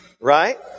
Right